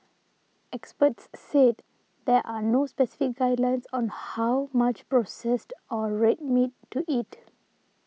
experts said there are no specific guidelines on how much processed or red meat to eat